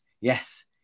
yes